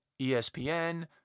ESPN